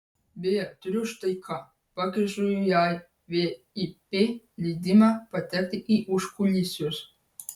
beje turiu štai ką pakišu jai vip leidimą patekti į užkulisius